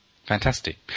Fantastic